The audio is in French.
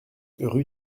rue